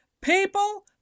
people